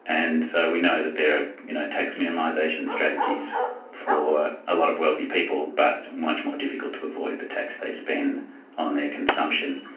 and so we know that there are you know tax minimisation strategies for a lot of wealthy people, but it's much more difficult to avoid the tax they spend on their consumption.